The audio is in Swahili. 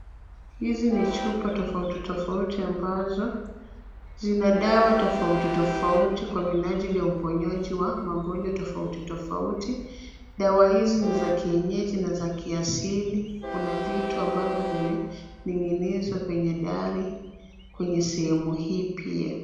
Hizi ni chupa tofauti tofauti ambazo. Zina dawa tofauti tofauti kwa minaji, wa uponyaji wa magonjwa tofauti tofauti. Dawa hizi ni za kienyeji na za kiasili, kuna vitu ambavyo vime ning'inizwa kwenye dari. Kwenye sehemu hii pia.